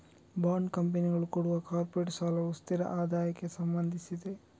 bond ಕಂಪನಿಗಳು ಕೊಡುವ corporate ಸಾಲವು ಸ್ಥಿರ ಆದಾಯಕ್ಕೆ ಸಂಬಂಧಿಸಿದೆ